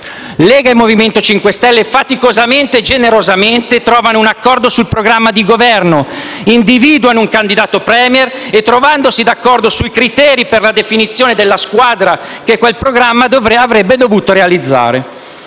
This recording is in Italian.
Lega e Movimento 5 Stelle, faticosamente e generosamente hanno raggiunto un accordo sul programma di Governo, hanno individuato un candidato *Premier*, trovandosi d'accordo sui criteri per la definizione della squadra che quel programma avrebbe dovuto realizzare.